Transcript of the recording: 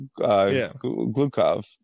Glukov